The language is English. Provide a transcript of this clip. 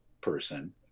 person